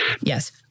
Yes